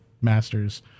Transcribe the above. master's